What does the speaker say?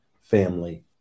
family